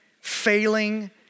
failing